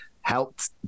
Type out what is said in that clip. helped